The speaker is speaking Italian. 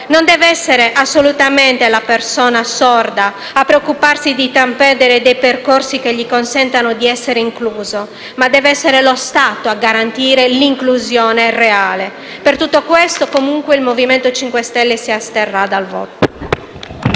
Non deve essere la persona sorda a preoccuparsi di intraprendere dei percorsi che gli consentano di essere incluso, ma deve essere lo Stato a garantire l'inclusione reale. Per tutto questo il Gruppo del Movimento 5 Stelle si asterrà dal voto.